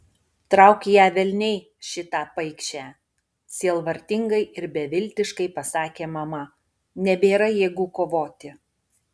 trauk ją velniai šitą paikšę sielvartingai ir beviltiškai pasakė mama nebėra jėgų kovoti